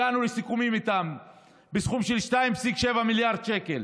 הגענו לסיכומים איתם בסכום של 2.7 מיליארד שקל,